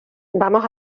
vamos